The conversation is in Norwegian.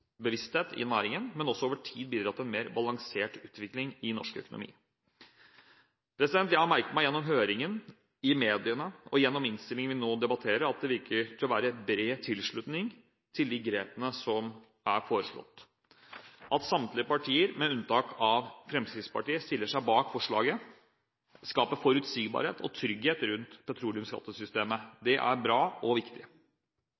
kostnadsbevissthet i næringen, og at den også over tid vil bidra til en mer balansert utvikling i norsk økonomi. Jeg har merket meg gjennom høringen, i mediene og gjennom innstillingen vi nå debatterer, at det virker å være bred tilslutning til de grepene som er foreslått. At samtlige partier, med unntak av Fremskrittspartiet, stiller seg bak forslaget, skaper forutsigbarhet og trygghet rundt